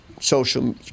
social